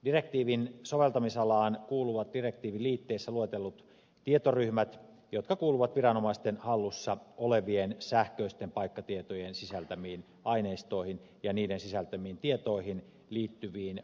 direktiivin soveltamisalaan kuuluvat direktiivin liitteissä luetellut tietoryhmät jotka kuuluvat viranomaisten hallussa olevien sähköisten paikkatietojen sisältämiin aineistoihin ja niiden sisältämiin tietoihin liittyviin paikkatietopalveluihin